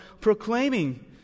proclaiming